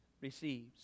receives